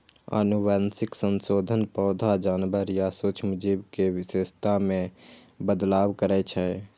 आनुवंशिक संशोधन पौधा, जानवर या सूक्ष्म जीव के विशेषता मे बदलाव करै छै